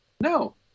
no